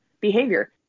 behavior